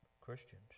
Christians